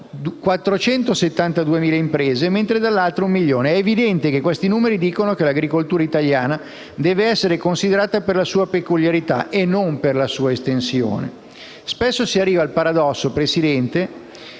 472.000 imprese, mentre dall'altra un milione. È evidente che questi numeri dicono che l'agricoltura italiana deve essere considerata per la sua peculiarità e non per la sua estensione. Spesso, signor Presidente,